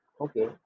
Okay